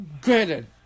Granted